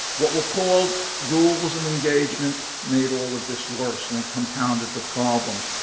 what were called rules of engagement made all of this worse and and compounded the problems,